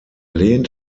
lehnt